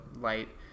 light